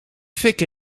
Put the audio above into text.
fik